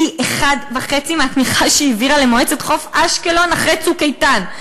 פי אחד-וחצי מהתמיכה שהעבירה למועצת חוף-אשקלון אחרי "צוק איתן".